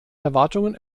erwartungen